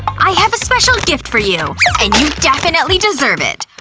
i have a special gift for you. and you definitely deserve it.